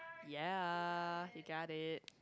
ya you got it